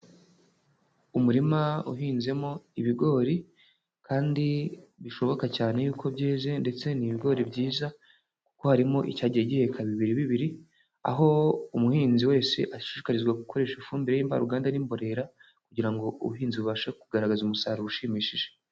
Umurima uhinzemo ibigori kandi bishoboka cyane yuko byeze ndetse n'ibigori byiza kuko harimo icya gihe gika bibiri bibiri, aho umuhinzi wese ashishikarizwa gukoresha ifumbire y'imvaruganda n'imborera kugira ubuhinzi bubashe kugaragaza umusaruro ushimishije.